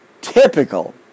typical